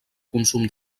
consum